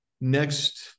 next